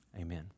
Amen